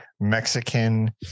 Mexican